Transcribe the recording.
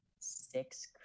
six